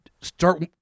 start